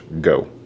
go